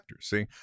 see